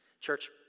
Church